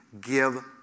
give